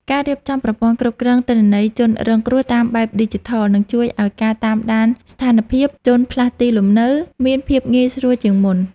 ការរៀបចំប្រព័ន្ធគ្រប់គ្រងទិន្នន័យជនរងគ្រោះតាមបែបឌីជីថលនឹងជួយឱ្យការតាមដានស្ថានភាពជនផ្លាស់ទីលំនៅមានភាពងាយស្រួលជាងមុន។